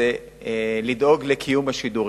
זה לדאוג לקיום השידורים.